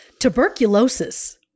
Tuberculosis